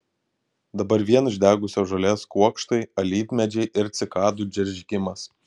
dabar vien išdegusios žolės kuokštai alyvmedžiai ir cikadų džeržgimas